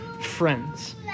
friends